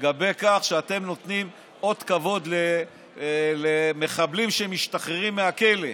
לגבי כך שאתם נותנים אות כבוד למחבלים שמשתחררים מהכלא,